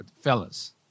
fellas